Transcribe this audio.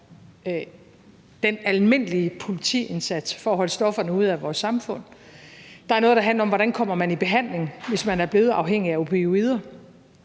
den almindelige politiindsats for at holde stofferne ude af vores samfund. Der er noget, der handler om, hvordan man kommer i behandling, hvis man er blevet afhængig af opioider.